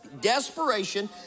desperation